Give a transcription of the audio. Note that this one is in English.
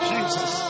Jesus